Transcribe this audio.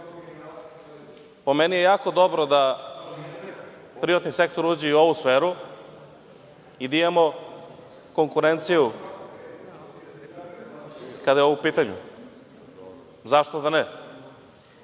meni je jako dobro da privatni sektor ulazi u ovu sferu i da imamo konkurenciju kada je ovo u pitanju. Zašto da ne?